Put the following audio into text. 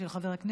של חבר הכנסת